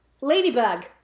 Ladybug